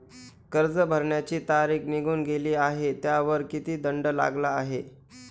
कर्ज भरण्याची तारीख निघून गेली आहे त्यावर किती दंड लागला आहे?